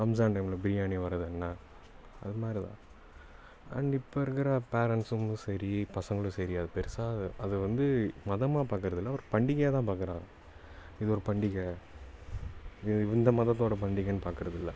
ரம்ஜான் டைமில் பிரியாணி வர்றதென்ன அது மாதிரி தான் அண்ட் இப்போ இருக்கிற பேரண்ட்ஸும் சரி பசங்களும் சரி அதைப் பெருசாக அதை அதை வந்து மதமாக பார்க்கறதில்ல ஒரு பண்டிகையாக தான் பார்க்கறாங்க இது ஒரு பண்டிகை இது இந்த மதத்தோடய பண்டிகைன்னு பார்க்கறதில்ல